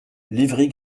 livry